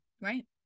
Right